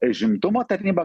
užimtumo tarnyba